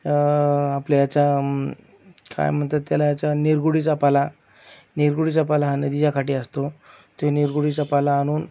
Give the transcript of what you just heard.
आपल्या याचा काय म्हणतात त्याला याचा निर्गुडीचा पाला निर्गुडीचा पाला हा नदीच्या काठी असतो तो निर्गुडीचा पाला आणून